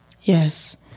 Yes